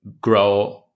grow